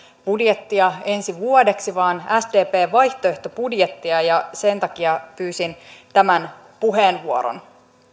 budjettia ensi vuodeksi vaan sdpn vaihtoehtobudjettia ja sen takia pyysin tämän puheenvuoron